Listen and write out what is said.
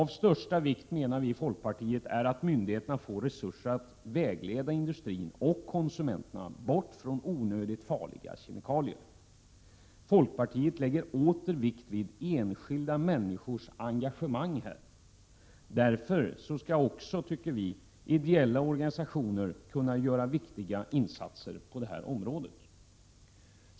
I folkpartiet anser vi att det är av största vikt att myndigheterna får resurser för att vägleda industrin och konsumenterna bort från onödigt farliga kemikalier. Vi lägger åter vikt vid enskilda människors engagemang. Därför skall också ideella organisationer kunna göra viktiga insatser på detta område.